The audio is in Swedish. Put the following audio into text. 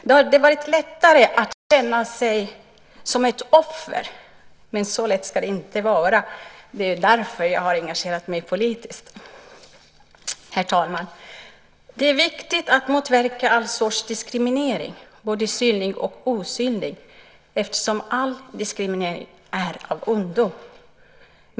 Det har varit lättare att känna sig som ett offer, men så lätt ska det inte vara. Det är ju därför jag har engagerat mig politiskt. Herr talman! Det är viktigt att motverka all sorts diskriminering, både synlig och osynlig, eftersom all diskriminering är av ondo.